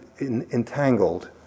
entangled